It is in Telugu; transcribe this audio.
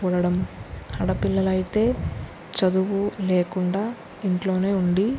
చూడడం ఆడపిల్లలైతే చదువు లేకుండా ఇంట్లోనే ఉండి